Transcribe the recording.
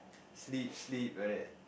sleep sleep like that